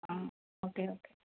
ആ okay okay